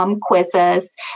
quizzes